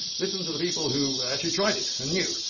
listen to the people who actually tried it and knew.